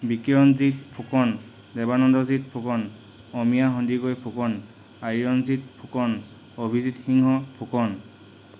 বিকিৰঞ্জিত ফুকন দেৱানন্দজিৎ ফুকন অমীয়া সন্দিকৈ ফুকন আয়ৰণজিৎ ফুকন অভিজিৎ সিংহ ফুকন